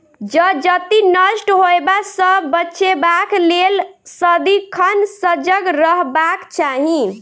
जजति नष्ट होयबा सँ बचेबाक लेल सदिखन सजग रहबाक चाही